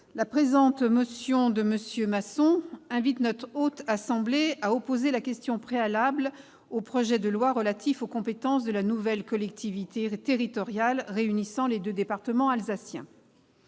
la présente motion, M. Masson invite la Haute Assemblée à opposer la question préalable au projet de loi relatif aux compétences de la nouvelle collectivité territoriale réunissant les deux départements alsaciens.